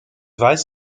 weiß